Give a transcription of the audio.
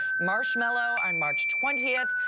marshmallow and march twentieth.